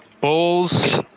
Bulls